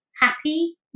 happy